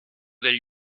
del